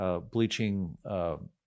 bleaching